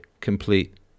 complete